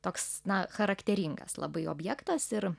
toks na charakteringas labai objektas ir